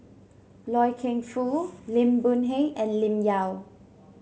Loy Keng Foo Lim Boon Heng and Lim Yau